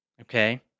Okay